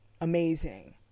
amazing